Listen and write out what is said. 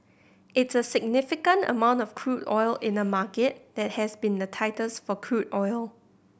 it's a significant amount of crude oil in a market that has been the tightest for crude oil